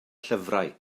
llyfrau